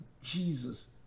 Jesus